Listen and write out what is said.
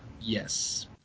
Yes